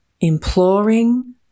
imploring